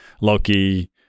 Loki